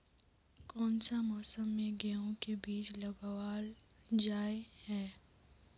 कोन सा मौसम में गेंहू के बीज लगावल जाय है